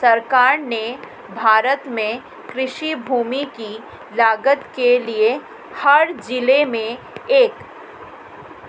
सरकार ने भारत में कृषि भूमि की लागत के लिए हर जिले में एक